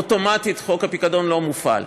אוטומטית חוק הפיקדון לא מופעל,